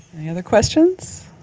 any other questions?